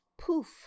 poof